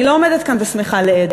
אני לא עומדת כאן ושמחה לאיד,